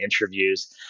interviews